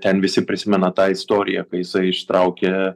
ten visi prisimena tą istoriją kai jisai ištraukė